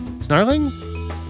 snarling